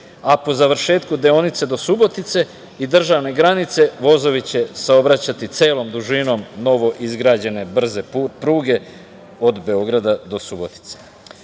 a po završetku deonice do Subotice i državne granice vozovi će se obraćati celom dužinom novoizgrađene brze pruge od Beograda do Subotice. Što